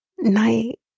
night